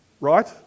right